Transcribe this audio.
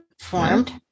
formed